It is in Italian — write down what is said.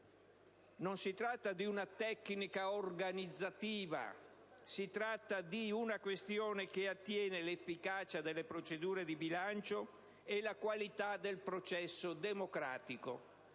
Non si tratta di una tecnica organizzativa, ma di una questione che attiene all'efficacia delle procedure di bilancio e alla qualità del processo democratico.